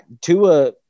Tua